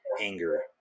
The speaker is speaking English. anger